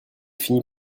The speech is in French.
finit